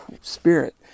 spirit